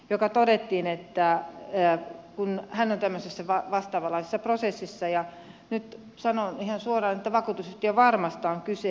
joka todettiin että a osalta kun hän on tämmöisessä vastaavanlaisessa prosessissa ja nyt sanon ihan suoraan että vakuutusyhtiö varmasta on kyse